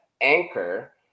anchor